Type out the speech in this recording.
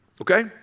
Okay